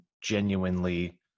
genuinely